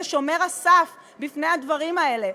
זה שומר הסף מפני הדברים האלה.